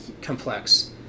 complex